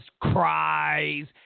cries